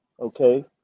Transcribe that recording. Okay